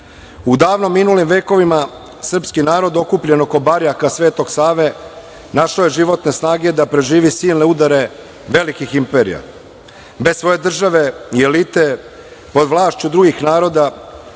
davno minulim vekovima srpski narod okupljen oko barjaka Svetog Save našao je životne snage da preživi silne udare velikih imperija. Bez svoje države i elite pod vlašću drugih naroda